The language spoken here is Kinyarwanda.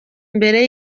mbere